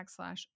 backslash